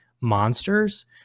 monsters